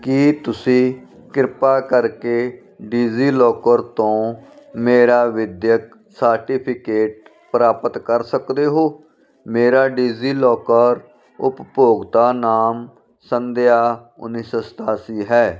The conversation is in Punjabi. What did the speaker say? ਕੀ ਤੁਸੀਂ ਕਿਰਪਾ ਕਰਕੇ ਡਿਜ਼ੀਲੋਕਰ ਤੋਂ ਮੇਰਾ ਵਿੱਦਿਅਕ ਸਾਰਟੀਫਿਕੇਟ ਪ੍ਰਾਪਤ ਕਰ ਸਕਦੇ ਹੋ ਮੇਰਾ ਡਿਜ਼ੀਲੋਕਰ ਉਪਭੋਗਤਾ ਨਾਮ ਸੰਧਿਆ ਉੱਨੀ ਸੌ ਸਤਾਸੀ ਹੈ